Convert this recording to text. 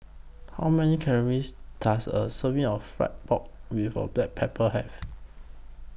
How Many Calories Does A Serving of Fry Pork with A Black Pepper Have